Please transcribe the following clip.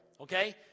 okay